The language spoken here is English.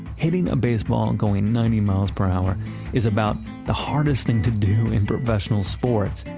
hitting a baseball going ninety miles per hour is about the hardest thing to do in professional sports.